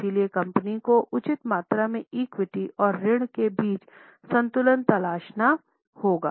इसलिए कंपनी को उचित मात्रा में इक्विटी और ऋण के बीच संतुलन तलाशना होगा